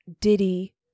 Diddy